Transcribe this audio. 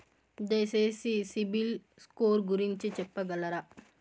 దయచేసి సిబిల్ స్కోర్ గురించి చెప్పగలరా?